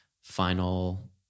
final